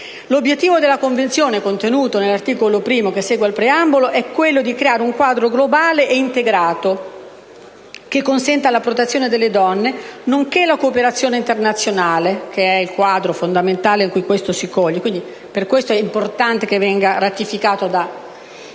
L'obiettivo della Convenzione, contenuto nell'articolo 1, che segue al preambolo, è quello di creare un quadro globale e integrato che consenta la protezione delle donne, nonché la cooperazione internazionale (che è il quadro fondamentale in cui tutto ciò si coglie, per questo è importante che venga ratificato da